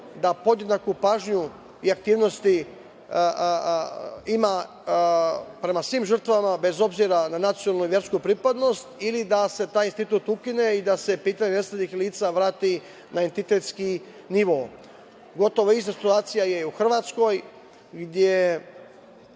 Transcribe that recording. da podjednaku pažnju i aktivnosti ima prema svim žrtvama, bez obzira na nacionalnu i versku pripadnost ili da se taj institut ukine i da se pitanje nestalih lica vrati na entitetski nivo. Gotovo ista situacija je u Hrvatskoj, gde